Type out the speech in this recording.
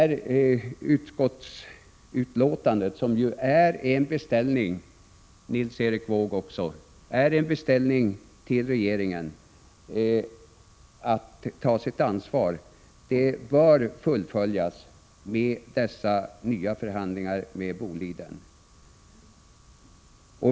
Utskottsbetänkandet innebär en beställning till regeringen — jag vänder mig också till Nils Erik Wååg — och beställningen inrymmer krav på att regeringen skall ta sitt ansvar. Detta bör uppfyllas genom att nya förhandlingar upptas med Boliden.